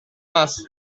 más